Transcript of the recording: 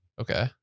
Okay